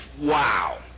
Wow